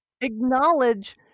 acknowledge